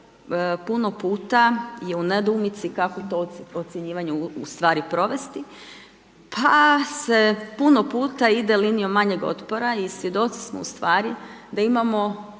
puno puta je u nedoumici kako to ocjenjivanje ustvari provesti pa se puno puta ide linijom manjeg otpora i svjedoci smo ustvari da imamo